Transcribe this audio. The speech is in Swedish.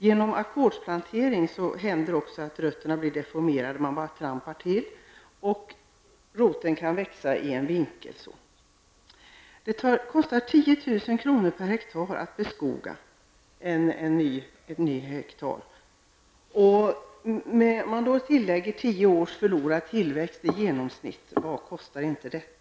Vid ackordsplantering händer det också att rötterna blir deformerade -- man trampar ju till runt roten -- och roten växer i en vinkel. Det kostar 10 000 kr. per ha att beskoga ett nytt område. Lägger man till tio års förlorad tillväxttid i genomsnitt, vad kostar inte det?